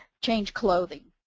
change clothing.